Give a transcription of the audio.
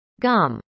gum